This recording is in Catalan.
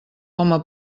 home